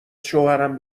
شوهرم